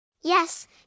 Yes